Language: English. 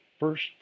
First